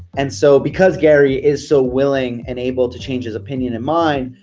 and so because gary is so willing and able to change his opinion in mine,